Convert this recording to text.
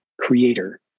creator